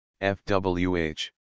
FWH